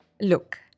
Look